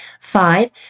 Five